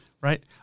right